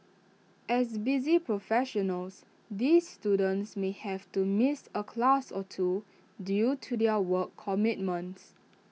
as busy professionals these students may have to miss A class or two due to their work commitments